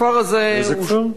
הכפר הזה הוא, איזה כפר?